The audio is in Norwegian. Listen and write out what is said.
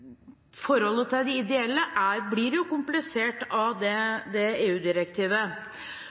forholdet til de ideelle blir jo komplisert av det